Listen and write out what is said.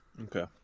Okay